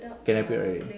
can wrap it already